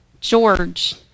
George